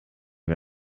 wir